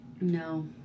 no